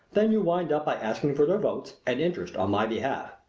then you wind up by asking for their votes and interest on my behalf.